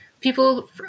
people